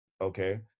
Okay